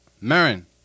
Marin